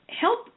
help